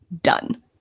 done